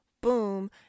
boom